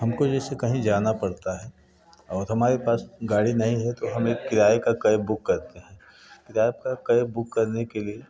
हमको जैसे कहीं जाना पड़ता है और हमारे पास गाड़ी नहीं है तो हमें किराए का कैब बूक करते हैं कैब कर कैब बूक करने के लिए